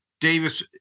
Davis